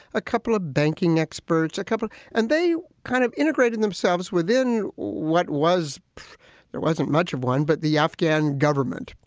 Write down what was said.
a couple of banking experts, couple. and they kind of integrated themselves within what was there wasn't much of one, but the afghan government.